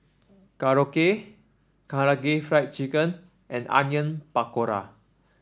Korokke Karaage Fried Chicken and Onion Pakora